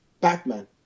Batman